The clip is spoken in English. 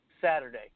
Saturday